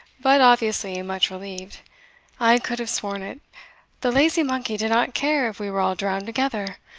but obviously much relieved i could have sworn it the lazy monkey did not care if we were all drowned together.